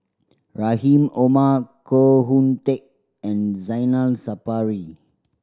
Rahim Omar Koh Hoon Teck and Zainal Sapari